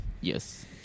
Yes